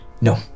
No